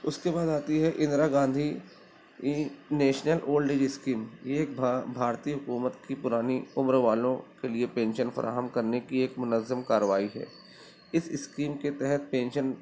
اس کے بعد آتی ہے Indira Gandhi national old age scheme یہ ایک بھا بھارتیہ حکومت کی پرانی عمر والوں کے لیے پینشن فراہم کرنے کی ایک منظم کارروائی ہے اس اسکیم کے تحت پینشن